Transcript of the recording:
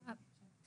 האלה.